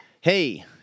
hey